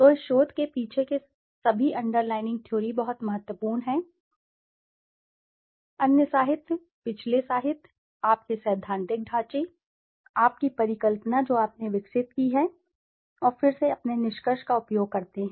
तो इस शोध के पीछे के सभी अंडरलाइंग थ्योरीबहुत महत्वपूर्ण हैं अन्य साहित्य पिछले साहित्य आपके सैद्धांतिक ढांचे आपकी परिकल्पना जो आपने विकसित की है और फिर से अपने निष्कर्ष का उपयोग करते हैं